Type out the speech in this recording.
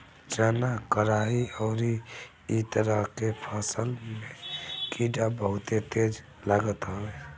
चना, कराई अउरी इ तरह के फसल में कीड़ा बहुते तेज लागत हवे